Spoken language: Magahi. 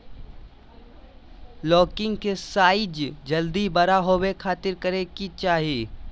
लौकी के साइज जल्दी बड़ा होबे खातिर की करे के चाही?